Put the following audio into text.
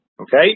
Okay